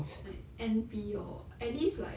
like N_P or at least like